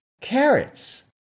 carrots